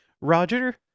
Roger